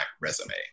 resume